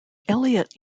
elliot